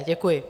Děkuji.